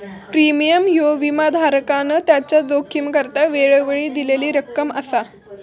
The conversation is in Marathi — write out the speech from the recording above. प्रीमियम ह्यो विमाधारकान त्याच्या जोखमीकरता वेळोवेळी दिलेली रक्कम असा